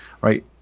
right